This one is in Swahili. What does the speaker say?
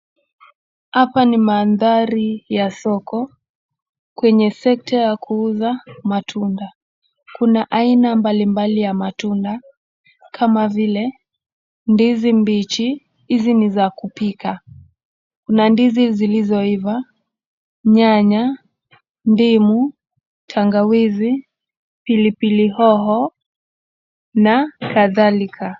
Hapa ni mandhari ya soko kwenye sekta ya kuuza matunda. Kuna aina mbali mbali ya matunda kama vile ndizi mbichi hizi ni za kupika, kuna ndizi zilizoiva nyanya, ndimu, tangawizi, pilipili hoho na kadhalika.